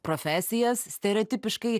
profesijas stereotipiškai